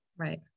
Right